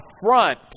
front